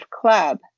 Club